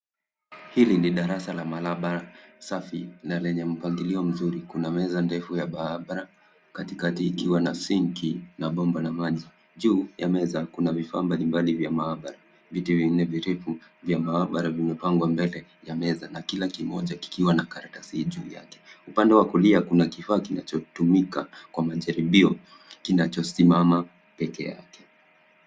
Hili ni darasa la maabara safi na lenye mpangilio mzuri. Kuna meza ndefu ya maabara katiakti ikiwa na sinki na bomba la maji. Juu ya meza kuna vifaa mbalimbali vya maabra. Viti vingine virefu vya maabara vimepangwa mbele ya meza na kila kimoja kikiwa na karatasi juu yake. Upande wa kulia kuna kifaa kinachotumika kwa majaribio kinachosimama pekee yake.